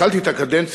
כשהתחלתי את הקדנציה,